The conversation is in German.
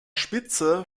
spitze